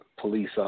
police